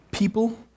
People